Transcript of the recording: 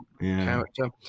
Character